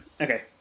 okay